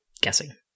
guessing